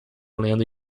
lendo